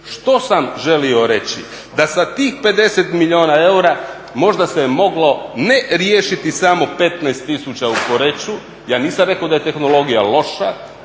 Što sam želio reći? Da sa tih 50 milijuna eura možda se je moglo ne riješiti samo 15 tisuća u Poreču, ja nisam rekao da je tehnologija loša,